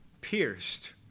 pierced